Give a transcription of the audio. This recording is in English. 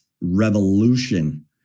revolution